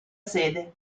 sede